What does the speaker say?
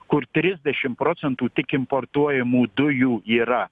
kur trisdešimt procentų tik importuojamų dujų yra